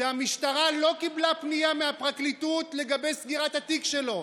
המשטרה לא קיבלה פנייה מהפרקליטות לגבי סגירת התיק שלו.